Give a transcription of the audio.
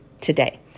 today